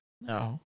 No